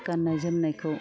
गाननाय जोमनायखौ